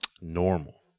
normal